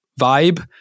vibe